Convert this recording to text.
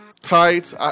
tights